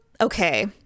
Okay